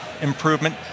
improvement